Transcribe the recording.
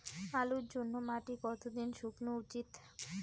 আলুর জন্যে মাটি কতো দিন শুকনো উচিৎ?